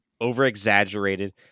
over-exaggerated